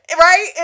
right